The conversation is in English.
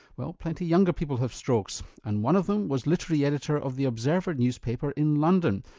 well plenty younger people have strokes and one of them was literary editor of the observer newspaper in london,